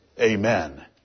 Amen